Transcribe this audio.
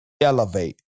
elevate